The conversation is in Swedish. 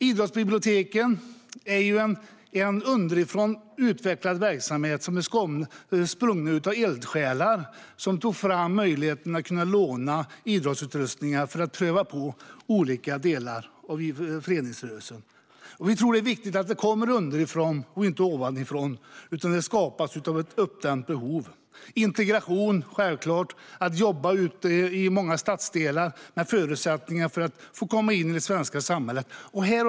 Idrottsbiblioteken är en underifrån utvecklad verksamhet, sprungen ur eldsjälar som har tagit fram möjligheten att låna idrottsutrustning för att prova på olika delar av föreningsrörelsen. Vi tror att det är viktigt att det kommer underifrån och inte ovanifrån. Det skapas av ett uppdämt behov. Integration är en självklar del. Det handlar om att jobba ute i många stadsdelar för att ge människor förutsättningar att komma in i det svenska samhället.